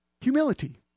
humility